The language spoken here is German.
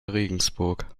regensburg